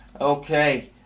Okay